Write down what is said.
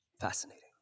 fascinating